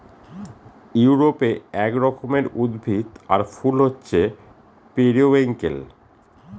ইউরোপে এক রকমের উদ্ভিদ আর ফুল হছে পেরিউইঙ্কেল